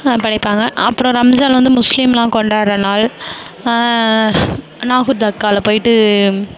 படைப்பாங்க அப்புறம் ரம்ஜான் வந்து முஸ்லீம்லாம் கொண்டாடுற நாள் நாகூர் தர்க்காவில் போயிட்டு